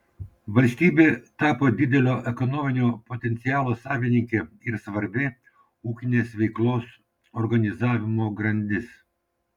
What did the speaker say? valstybė tapo didelio ekonominio potencialo savininkė ir svarbi ūkinės veiklos organizavimo grandis